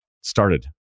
started